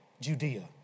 Judea